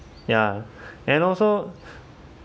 ya and also